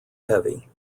heavy